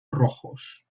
rojos